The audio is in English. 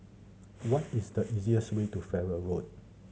what is the easiest way to Farrer Road